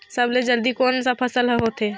सबले जल्दी कोन सा फसल ह होथे?